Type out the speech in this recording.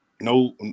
no